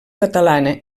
catalana